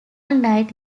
night